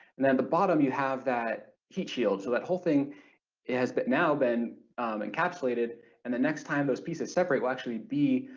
and then at the bottom you have that heat shield so that whole thing it has but now been encapsulated and the next time those pieces separate will actually be